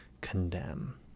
condemn